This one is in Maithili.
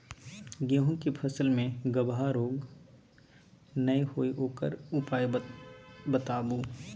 गेहूँ के फसल मे गबहा रोग नय होय ओकर उपाय बताबू?